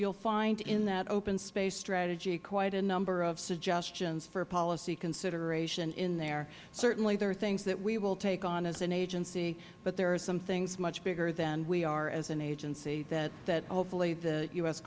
will find in that open space strategy quite a number of suggestions for policy considerations in there certainly there are things that we will take on as an agency but there are some things much bigger than we are as an agency that hopefully the u